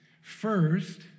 First